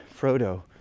Frodo